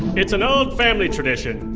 it's an old family tradition.